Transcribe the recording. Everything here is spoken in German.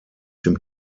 dem